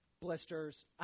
blisters